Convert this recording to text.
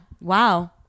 wow